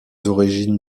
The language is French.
origines